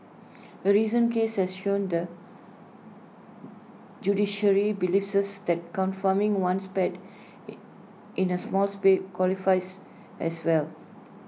A recent case has shown the judiciary believes that confining one's pet in A small place qualifies as well